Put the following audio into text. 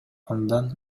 андан